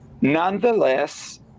Nonetheless